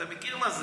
אתה מכיר מה זה,